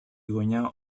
γωνιά